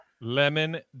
Lemon